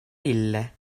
ille